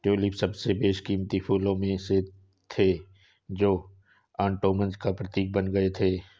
tulip सबसे बेशकीमती फूलों में से थे जो ओटोमन्स का प्रतीक बन गए थे